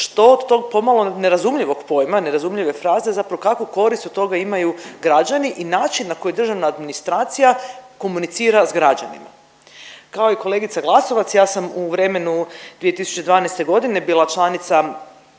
što od tog pomalo nerazumljivog pojma, nerazumljive fraze zapravo kakvu korist od toga imaju građani i način na koji državna administracija komunicira s građanima. Kao i kolegica Glasovac ja sam u vremenu 2012. godine bila članica